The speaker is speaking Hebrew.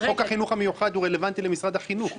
חוק החינוך המיוחד הוא רלוונטי למשרד החינוך,